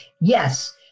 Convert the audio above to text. Yes